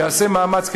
יעשה מאמץ,